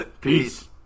Peace